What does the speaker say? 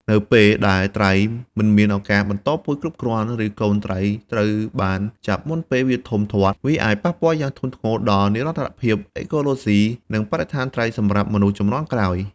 នៅពេលដែលត្រីមិនមានឱកាសបន្តពូជគ្រប់គ្រាន់ ឬកូនត្រីត្រូវបានចាប់មុនពេលវាធំធាត់ វាអាចប៉ះពាល់យ៉ាងធ្ងន់ធ្ងរដល់និរន្តរភាពអេកូឡូស៊ី និងបរិមាណត្រីសម្រាប់មនុស្សជំនាន់ក្រោយ។